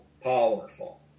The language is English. powerful